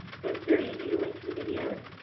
so it's very easy to link to the videos.